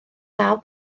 naw